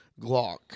Glock